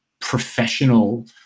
professional